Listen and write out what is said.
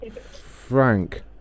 Frank